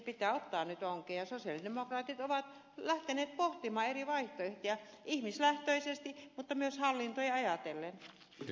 pitää ottaa nyt onkeen ja sosialidemokraatit ovat lähteneet pohtimaan eri vaihtoehtoja ihmislähtöisesti mutta myös hallintoja ajatellen